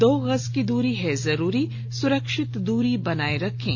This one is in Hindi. दो गज की दूरी है जरूरी सुरक्षित दूरी बनाए रखें